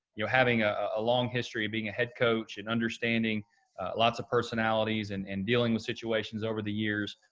you know, having a long history of being a head coach, and understanding lots of personalities, and and dealing with situations over the years,